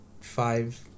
five